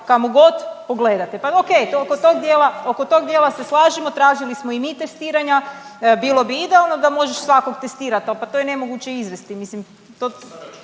kamo god pogledate. Pa oke, oko tog dijela se slažemo, tražili smo i mi testiranja, bilo bi idealno da možeš svakog testirati, ali pa to je nemoguće izvesti, mislim,